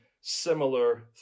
similar